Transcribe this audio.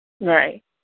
Right